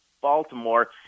Baltimore